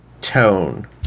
tone